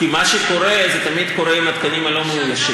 כי מה שקורה, זה תמיד קורה עם התקנים הלא-מאוישים.